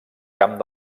camp